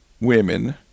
women